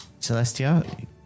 Celestia